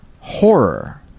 horror